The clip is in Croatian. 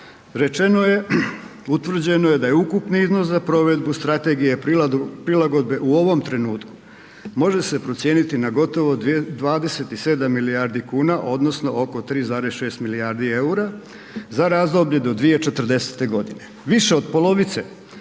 rečeno je, utvrđeno je da je ukupni iznos za provedbu Strategije prilagodbe u ovom trenutku, može se procijeniti na gotovo 27 milijardi kuna, odnosno oko 3,6 milijardi eura za razdoblje do 2040. g. Više od polovice